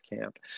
camp